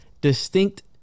distinct